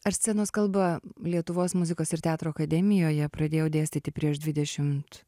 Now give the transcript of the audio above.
ar scenos kalbą lietuvos muzikos ir teatro akademijoje pradėjau dėstyti prieš dvidešimt